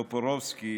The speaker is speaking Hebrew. טופורובסקי,